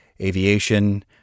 aviation